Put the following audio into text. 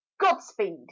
Godspeed